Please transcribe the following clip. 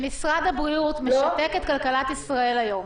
שמשרד הבריאות משתק את כלכלת ישראל היום,